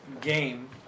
game